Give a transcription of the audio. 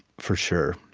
for sure.